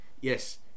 yes